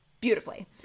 beautifully